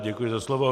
Děkuji za slovo.